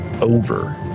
over